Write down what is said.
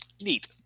Neat